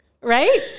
right